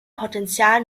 potential